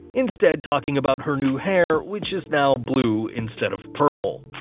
instead talking about her new hair, which is now blue instead of purple.